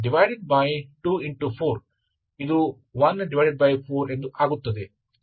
ಸರಿತಾನೇ